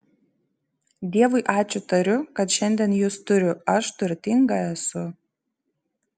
dievui ačiū tariu kad šiandien jus turiu aš turtinga esu